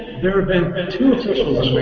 there have been and two officials